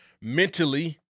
Mentally